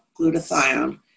glutathione